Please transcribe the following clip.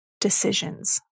decisions